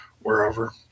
wherever